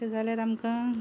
तशें जाल्यार आमकां